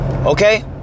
okay